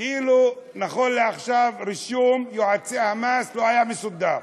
כאילו נכון לעכשיו רישום יועצי המס לא היה מסודר.